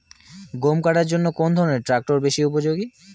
গম কাটার জন্য কোন ধরণের ট্রাক্টর বেশি উপযোগী?